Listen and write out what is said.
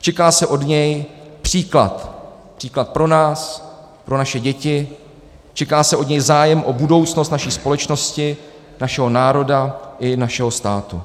Čeká se od něj příklad pro nás, pro naše děti, čeká se od něj zájem o budoucnost naší společnosti, našeho národa i našeho státu.